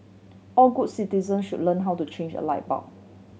all good citizen should learn how to change a light bulb